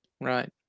Right